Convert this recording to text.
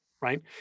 right